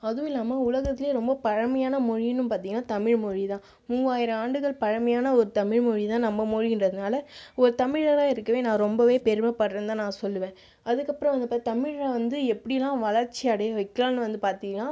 அதுவும் இல்லாமல் உலகத்துலேயே ரொம்ப பழமையான மொழின்னும் பார்த்தீங்கன்னா தமிழ் மொழிதான் மூவாயிரம் ஆண்டுகள் பழமையான ஒரு தமிழ் மொழிதான் நம்ம மொழிங்றதுனால ஒரு தமிழராக இருக்கவே நான் ரொம்பவே பெருமைப்படுகிறேன் தான் நான் சொல்வேன் அதுக்கப்புறம் வந்து இப்போ தமிழில் வந்து எப்படியெல்லாம் வளர்ச்சி அடைய வைக்கலாம்ன்னு வந்து பார்த்தீங்கன்னா